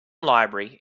library